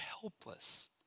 helpless